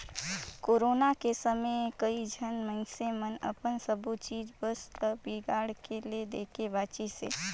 corona के समे कइझन मइनसे मन अपन सबो चीच बस ल बिगाड़ के ले देके बांचिसें